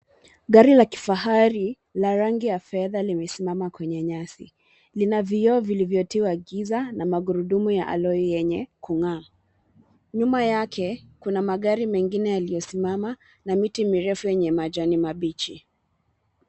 Gari la kifahari, la rangi ya fedha limesimama kwenye nyasi, lina vioo vilivyotiwa giza na magurudumu ya aloyi, yenye kung'aa. Nyuma yake, kuna magari mengine yaliyosimama, na miti mirefu yenye majani mabichi.